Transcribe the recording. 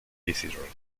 visitors